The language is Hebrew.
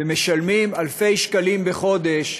ומשלמים אלפי שקלים בחודש,